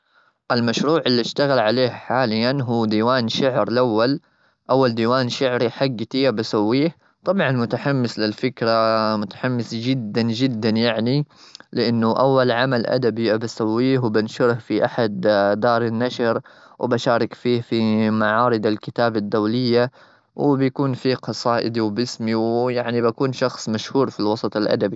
المشروع اللي أشتغل عليه حاليا هو ديوان شعر الأول-أول ديوان شعري حجتي أبي بسويه. طبعا متحمس للفكرة، متحمس جدا-جدا يعني؛ لأنه أول عمل أدبي أبي أسويه، وبنشره في أحد دار النشر. وبشارك فيه في معارض الكتاب الدولية، وبيكون في قصائدي، وبسمي، يعني بكون شخص مشهور في الوسط الأدبي.